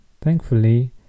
Thankfully